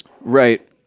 Right